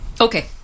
Okay